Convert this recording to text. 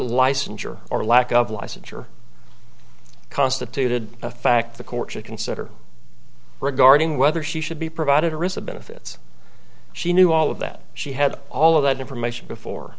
licensure or lack of licensure constituted a fact the court should consider regarding whether she should be provided to receive benefits she knew all of that she had all of that information before